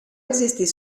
existit